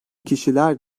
kişiler